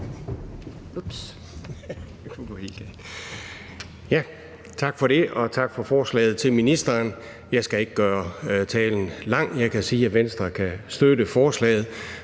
Tak for det, og tak for forslaget til ministeren. Jeg skal ikke gøre talen lang. Jeg kan sige, at Venstre kan støtte forslaget.